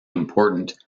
important